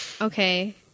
okay